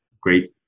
great